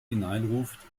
hineinruft